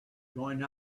going